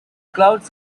clouds